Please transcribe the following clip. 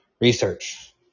Research